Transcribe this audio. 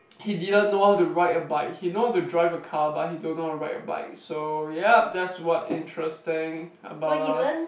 he didn't know how to ride a bike he know how to drive a car but he don't know how to ride a bike so yup that's what interesting about us